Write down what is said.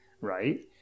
right